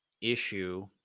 issue